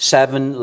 seven